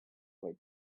võib